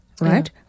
right